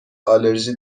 آلرژی